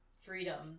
freedom